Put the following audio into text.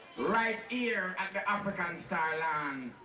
right here at the african star lounge.